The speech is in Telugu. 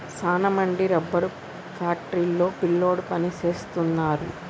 సాన మంది రబ్బరు ఫ్యాక్టరీ లో పిల్లోడు పని సేస్తున్నారు